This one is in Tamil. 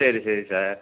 சரி சரி சார்